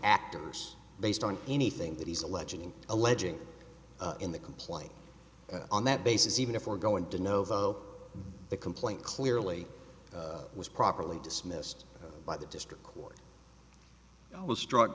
actors based on anything that he's alleging alleging in the complaint on that basis even if we're going to novo the complaint clearly was properly dismissed by the district court was struck